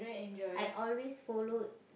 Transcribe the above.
I always follow